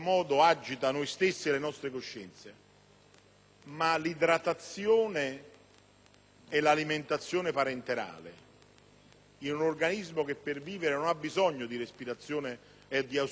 ma l'idratazione e l'alimentazione parentelare in un organismo che per vivere non ha bisogno di respirazione artificiale e di ausilio è accanimento terapeutico